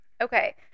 Okay